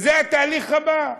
זה התהליך הבא: